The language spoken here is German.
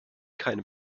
keine